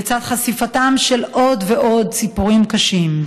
לצד חשיפתם של עוד ועוד סיפורים קשים,